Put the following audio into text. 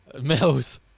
Mills